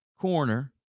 Corner